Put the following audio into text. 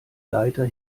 leiter